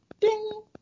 Ding